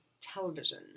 television